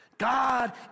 God